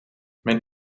mijn